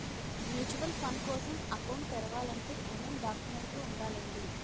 Mutual fund కోసం account తెరవాలంటే ఏమేం డాక్యుమెంట్లు ఉండాలండీ?